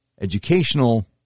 educational